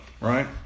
right